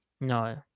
No